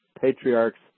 patriarchs